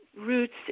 roots